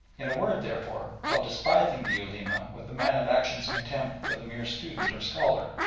in a word, therefore, while despising the ulema with the man of action's contempt for the mere student or scholar,